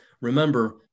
Remember